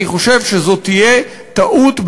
אני חושב שזו תהיה טעות,